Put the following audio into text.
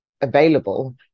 available